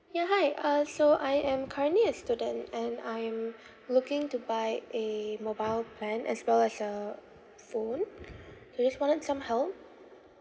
ya hi uh so I am currently a student and I am looking to buy a mobile plan as well as a phone so just wanted some help